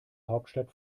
hauptstadt